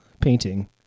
painting